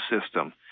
system